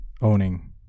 owning